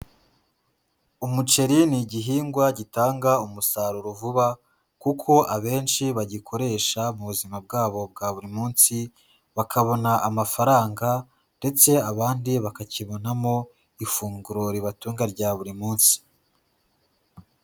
Umuceri ni igihingwa gitanga umusaruro vuba, kuko abenshi bagikoresha mu buzima bwabo bwa buri munsi, bakabona amafaranga ndetse abandi bakakibonamo ifunguro ribatunga rya buri munsi.